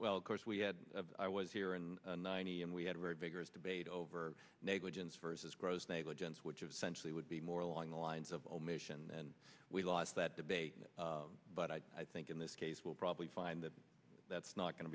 well of course we had i was here in ninety and we had a very vigorous debate over negligence versus gross negligence which of century would be more along the lines of omission and we lost that debate but i i think in this case will probably find that that's not going